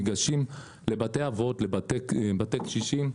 ניגשים לבתי אבות, בתי קשישים,